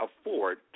afford